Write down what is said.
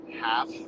half